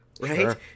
right